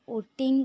voting